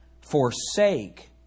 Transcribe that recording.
forsake